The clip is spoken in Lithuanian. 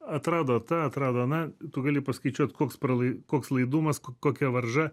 atrado tą atrado aną tu gali paskaičiuot koks pralai koks laidumas ko kokia varža